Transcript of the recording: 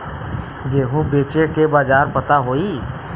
गेहूँ बेचे के बाजार पता होई?